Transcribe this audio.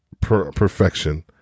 perfection